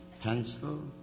pencil